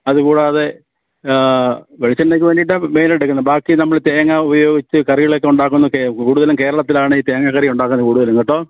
അത് കൂടാതെ വെളിച്ചെണ്ണയ്ക്ക് വേണ്ടിയിട്ടാണ് മെയിൻ ആയിട്ട് എടുക്കുന്നത് ബാക്കി നമ്മൾ തേങ്ങ ഉപയോഗിച്ച് കറികളൊക്കെ ഉണ്ടാക്കുന്നതൊക്കെയാണ് കൂടുതലും കേരളത്തിലാണ് ഈ തേങ്ങ കറി ഉണ്ടാക്കുന്നത് കൂടുതലും കേട്ടോ